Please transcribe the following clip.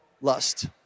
lust